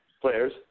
players